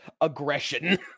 Aggression